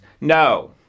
No